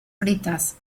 fritas